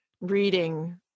reading